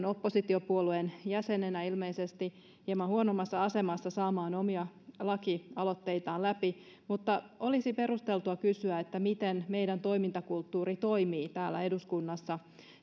oppositiopuolueen jäsenenä ilmeisesti hieman huonommassa asemassa saamaan omia lakialoitteitaan läpi mutta olisi perusteltua kysyä miten meidän toimintakulttuurimme toimii täällä eduskunnassa